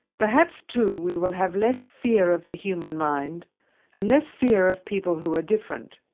perhaps too we will have less fear of the human mind and less fear of people who are different.